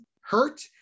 hurt